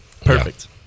Perfect